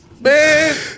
Man